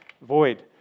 void